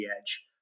edge